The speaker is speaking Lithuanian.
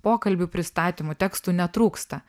pokalbių pristatymų tekstų netrūksta